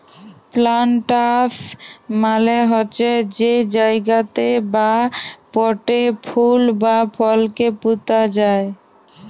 planters মালে হছে যে জায়গাতে বা পটে ফুল বা ফলকে পুঁতা যায়